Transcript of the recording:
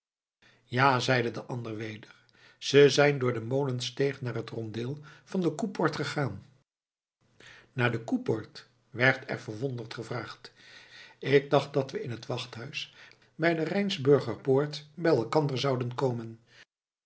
ja zeide de ander weer ze zijn door de molensteeg naar het rondeel van de koepoort gegaan naar de koepoort werd er verwonderd gevraagd ik dacht dat we in het wachthuis bij de rijnsburgerpoort bij elkander zouden komen